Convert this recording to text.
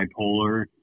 bipolar